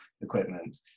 equipment